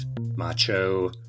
macho